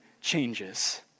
changes